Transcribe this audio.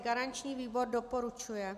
Garanční výbor doporučuje.